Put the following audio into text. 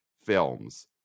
films